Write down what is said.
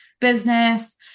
business